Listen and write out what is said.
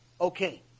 okay